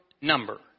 number